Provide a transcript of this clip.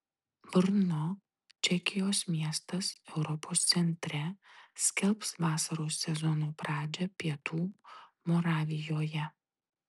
brno čekijos miestas europos centre skelbs vasaros sezono pradžią pietų moravijoje